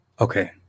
Okay